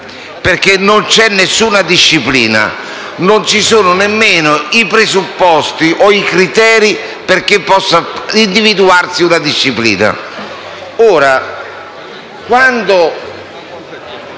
perché non c'è nessuna disciplina; non ci sono nemmeno i presupposti o i criteri perché possa individuarsi una disciplina.